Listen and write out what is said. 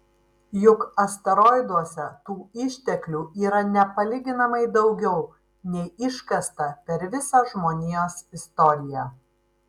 juk asteroiduose tų išteklių yra nepalyginamai daugiau nei iškasta per visą žmonijos istoriją